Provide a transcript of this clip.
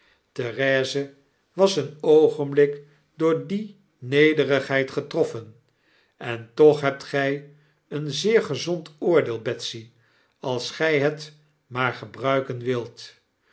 therese was een oogenblik door die nederigheid getroflfen b en toch hebt gy een zeer gezond oordeel betsy als gij het maar gebruiken wilt